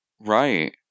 Right